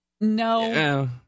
No